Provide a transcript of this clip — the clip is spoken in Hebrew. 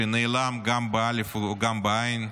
שנעלם, גם באל"ף וגם בעי"ן?